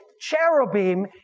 cherubim